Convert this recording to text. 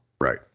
Right